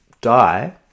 die